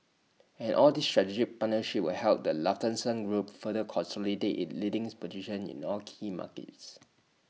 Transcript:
and all these strategic partnerships will help the Lufthansa group further consolidate its leading position in all key markets